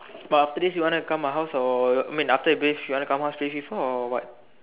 but after this you want to come my house or I mean after you bathe you want to come my house play FIFA or